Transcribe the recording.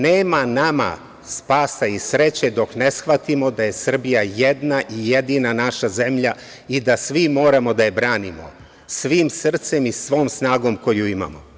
Nema nama spasa i sreće dok ne shvatimo da je Srbija jedna i jedina naša zemlja i da svi moramo da je branimo svim srcem i svom snagom koju imamo.